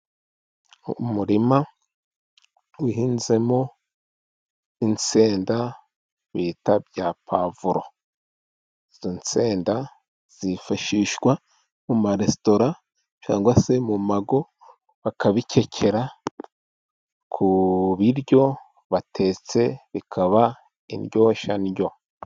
Umurima uhinzemo insenda bita pwavuro. Izo nsenda zifashishwa mu maresitora cyangwa se mu ngo, bakabikekera ku biryo batetse bikaba indryoshandyo.